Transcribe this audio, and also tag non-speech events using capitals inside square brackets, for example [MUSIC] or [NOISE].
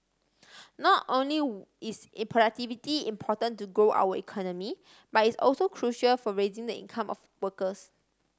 not only [UNINTELLIGIBLE] is E productivity important to grow our economy but it's also crucial for raising the income of workers